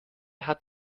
hat